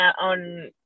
on